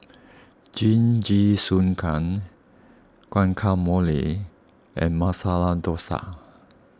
Jingisukan Guacamole and Masala Dosa